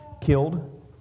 killed